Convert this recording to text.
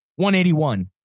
181